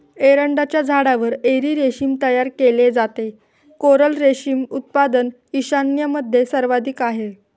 एरंडाच्या झाडावर एरी रेशीम तयार केले जाते, कोरल रेशीम उत्पादन ईशान्येमध्ये सर्वाधिक आहे